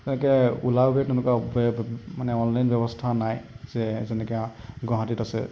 তেনেকৈ ওলা উবেৰ তেনেকৈ মানে অনলাইন ব্যৱস্থা নাই যে যেনেকৈ গুৱাহাটীত আছে